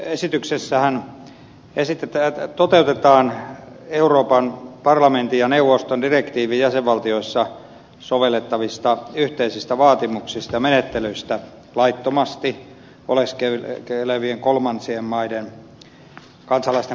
tässä esityksessähän toteutetaan euroopan parlamentin ja neuvoston direktiiviä jäsenvaltioissa sovellettavista yhteisistä vaatimuksista ja menettelyistä laittomasti oleskelevien kolmansien maiden kansalaisten palauttamiseksi